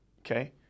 okay